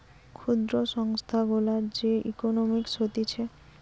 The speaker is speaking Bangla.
ক্ষুদ্র সংস্থা গুলার যে ইকোনোমিক্স হতিছে